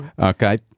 Okay